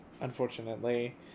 unfortunately